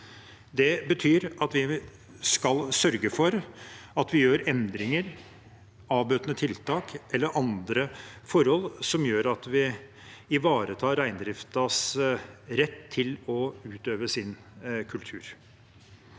Det betyr at vi skal sørge for at vi gjør endringer – avbøtende tiltak eller andre forhold – som gjør at vi ivaretar reindriftens rett til å utøve sin kultur,